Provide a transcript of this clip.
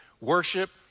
worship